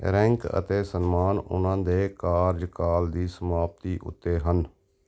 rank ਅਤੇ ਸਨਮਾਨ ਉਨ੍ਹਾਂ ਦੇ ਕਾਰਜਕਾਲ ਦੀ ਸਮਾਪਤੀ ਉੱਤੇ ਹਨ